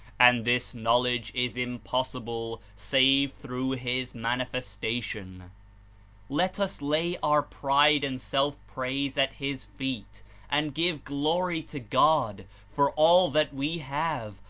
and this knowledge is impossible save through his manifesta tion let us lay our pride and self-praise at his feet and give glory to god for all that we have,